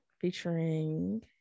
featuring